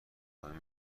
خواهی